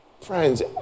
Friends